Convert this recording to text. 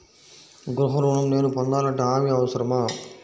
గృహ ఋణం నేను పొందాలంటే హామీ అవసరమా?